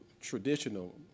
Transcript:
traditional